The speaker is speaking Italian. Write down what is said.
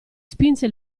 spinse